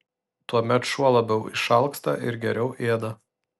tuomet šuo labiau išalksta ir geriau ėda